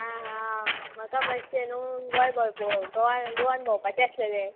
आं हा म्हाका मातशें न्हू गोंय भोंवप गोवा गोवान भोंवपाचें आसलेलें